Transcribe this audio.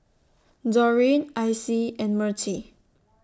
Doreen Icie and Mertie